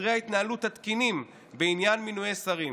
סדרי ההתנהלות התקינים בעניין מינויי שרים.